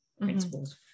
principles